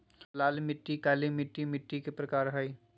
लाल मिट्टी, काली मिट्टी मिट्टी के प्रकार हय